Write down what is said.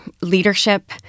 leadership